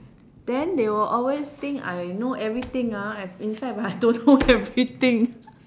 then they will always think I know everything ah inside but I don't know everything